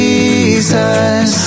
Jesus